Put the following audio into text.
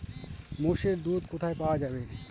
মোষের দুধ কোথায় পাওয়া যাবে?